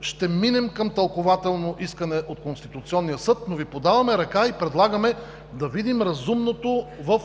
ще минем към тълкувателно искане от Конституционния съд, но Ви подаваме ръка и предлагаме да видим разумното в